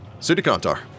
Sudikantar